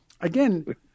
again